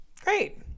Great